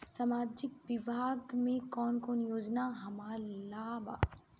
सामाजिक विभाग मे कौन कौन योजना हमरा ला बा?